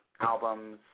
Albums